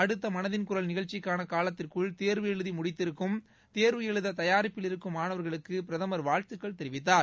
அடுத்த மனதின் குரல் நிகழ்ச்சிக்காள காலத்திற்குள் தேர்வு எழுதி முடித்திருக்கும் தேர்வு எழுத தயாரிப்பில் இருக்கும் மாணவர்களுக்கு பிரதமர் வாழ்த்துகள் தெரிவித்தார்